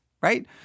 right